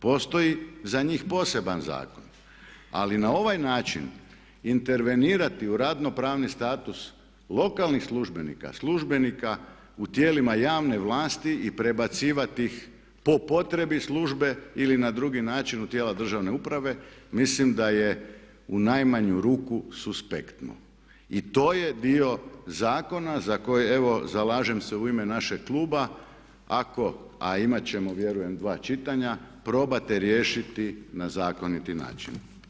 Postoji za njih poseban zakon, ali na ovaj način intervenirati u radno pravni status lokalnih službenika, službenika u tijelima javne vlasti i prebacivati ih po potrebi službe ili na drugi način u tijela državne uprave mislim da je u najmanju ruku suspektno i to je dio zakona za koji evo zalažem se u ime našeg kluba ako, a imat ćemo vjerujem dva čitanja probate riješiti na zakoniti način.